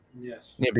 Yes